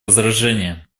возражения